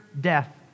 death